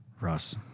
Russ